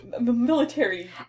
military